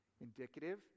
Indicative